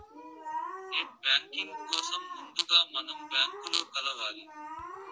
net banking కోసం ముందుగా మనం బ్యాంకులో కలవాలి